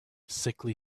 sickly